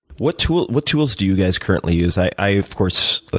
what tools what tools do you guys currently use? i, of course,